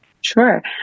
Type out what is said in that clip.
Sure